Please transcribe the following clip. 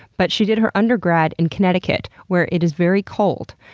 but she did her undergrad in connecticut, where it is very cold.